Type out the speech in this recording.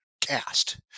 cast